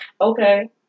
Okay